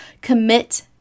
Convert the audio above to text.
Commit